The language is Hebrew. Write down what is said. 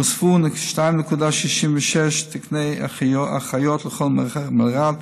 הוספו 2.66 תקני אחיות לכל מלר"ד,